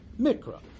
Mikra